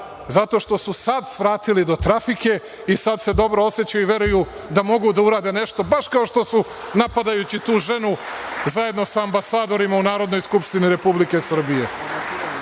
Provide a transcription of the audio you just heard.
zato što su sad svratili do trafike i sad se dobro osećaju i veruju da mogu da urade nešto, baš kao što su napadajući tu ženu zajedno sa ambasadorima u Narodnoj skupštini Republike Srbije.E,